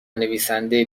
نویسنده